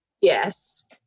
yes